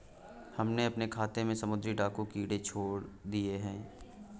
हमने हमारे खेत में समुद्री डाकू कीड़े छोड़ दिए हैं